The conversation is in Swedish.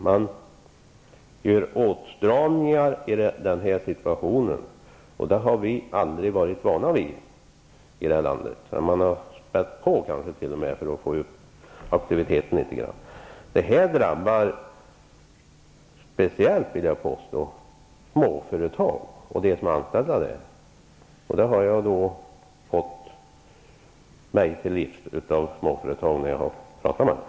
Man gör åtstramningar i den här situationen, och det har vi aldrig varit vana vid i detta land, utan man har t.o.m. spätt på för att öka aktiviteterna. Det här drabbar speciellt småföretagen och deras anställda, vilket jag har fått mig till livs när jag har pratat med dem.